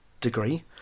degree